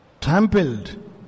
trampled